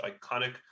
iconic